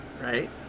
right